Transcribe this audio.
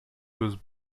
was